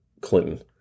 Clinton